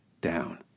down